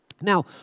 Now